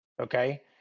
okay